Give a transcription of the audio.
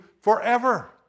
forever